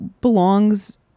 belongs